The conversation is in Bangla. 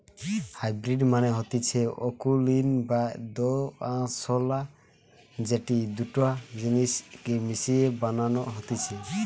হাইব্রিড মানে হতিছে অকুলীন বা দোআঁশলা যেটি দুটা জিনিস কে মিশিয়ে বানানো হতিছে